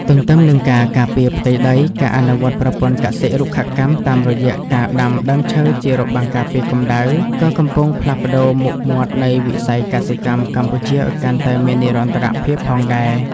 ទន្ទឹមនឹងការការពារផ្ទៃដី ការអនុវត្តប្រព័ន្ធកសិ-រុក្ខកម្មតាមរយៈការដាំដើមឈើជារបាំងការពារកម្ដៅ ក៏កំពុងផ្លាស់ប្តូរមុខមាត់នៃវិស័យកសិកម្មកម្ពុជាឱ្យកាន់តែមាននិរន្តរភាពផងដែរ។